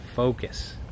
focus